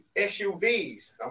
SUVs